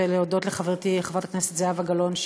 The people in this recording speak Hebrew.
ולהודות לחברתי חברת הכנסת זהבה גלאון,